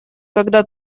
когда